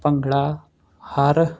bhangra Har